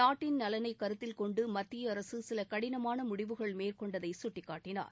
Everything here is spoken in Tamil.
நாட்டின் நலனை கருத்தில்கொண்டு மத்திய அரசு சில கடினமான முடிவுகள் மேற்கொண்டதை சுட்டிக்காட்டினார்